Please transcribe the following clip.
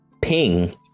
ping